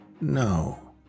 No